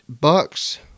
Buck's